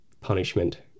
punishment